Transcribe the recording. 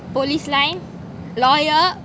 police line lawyer